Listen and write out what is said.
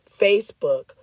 Facebook